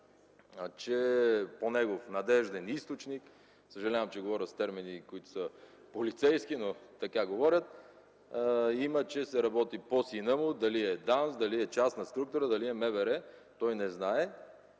че по негов надежден източник има – съжалявам, че говоря с термини, които са полицейски, но така говорят, – че се работи по сина му. Дали е ДАНС, дали е частна структура, дали е МВР – той не знае.